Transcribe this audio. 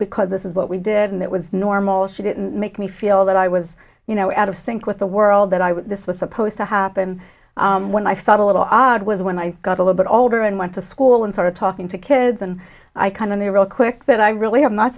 because this is what we did and it was normal she didn't make me feel that i was you know out of sync with the world that i was this was supposed to happen when i felt a little odd was when i got a little bit older and went to school and started talking to kids and i kind of the real quick that i really have not